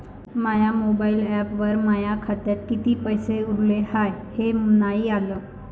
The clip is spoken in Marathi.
माया मोबाईल ॲपवर माया खात्यात किती पैसे उरले हाय हे नाही आलं